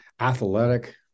athletic